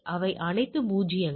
அவை அனைத்து பூஜ்யங்கள்